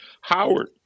Howard